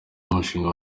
umushinga